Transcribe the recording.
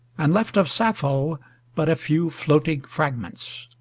and left of sappho but a few floating fragments.